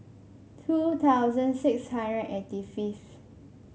two thousand six hundred eighty fifth